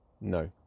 No